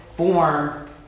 form